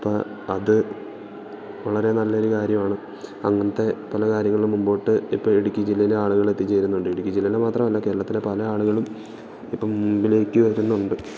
അപ്പം അത് വളരെ നല്ലയൊരു കാര്യമാണ് അങ്ങനത്തെ പല കാര്യങ്ങളും മുമ്പോട്ട് ഇപ്പം ഇടുക്കി ജില്ലയിലെ ആളുകൾ എത്തിച്ചേരുന്നുണ്ട് ഇടുക്കി ജില്ലയിൽ മാത്രമല്ല കേരളത്തിലെ പല ആളുകളും ഇപ്പം മുമ്പിലേക്ക് വരുന്നുണ്ട്